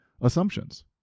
assumptions